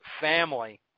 family